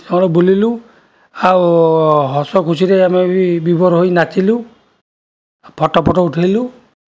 ବୁଲିଲୁ ଆଉ ହସ ଖୁସିରେ ଆମେ ବି ବିଭୋର ହୋଇ ନାଚିଲୁ ଫଟୋ ଫଟୋ ଉଠାଇଲୁ